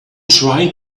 trying